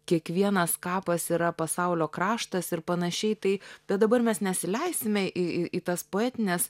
kiekvienas kapas yra pasaulio kraštas ir panašiai tai bet dabar mes nesileisime į į tas poetines